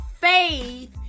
faith